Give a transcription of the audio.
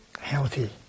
healthy